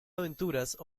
aventuras